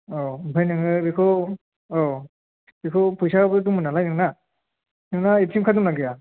औ ओमफाय नोङो बेखौ औ बेखौ फैसाबो दंमोन नालाय नोंना नोंना एटिएम कार्ड दंना गैया